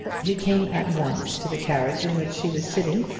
he came at once to the carriage in which she was sitting,